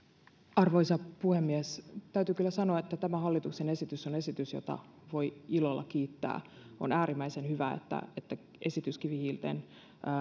arvoisa puhemies täytyy kyllä sanoa että tämä hallituksen esitys on esitys jota voi ilolla kiittää on äärimmäisen hyvä että esitys kivihiilen